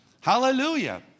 Hallelujah